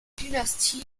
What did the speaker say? dynastie